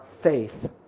faith